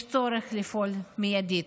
יש צורך לפעול מיידית.